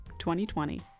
2020